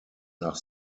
nach